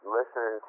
listen